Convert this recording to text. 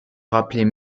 rappelait